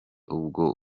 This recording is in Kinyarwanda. ubwo